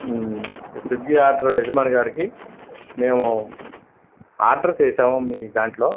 Swiggy order యజమాని గారికి మేము ఆర్డర్ చేసాము మీ దాంట్లో